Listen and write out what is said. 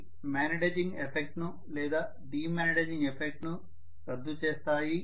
ఇవి magnetising effect ను లేదా డీమాగ్నిటైజింగ్ ఎఫెక్ట్ ను రద్దు చేస్తాయి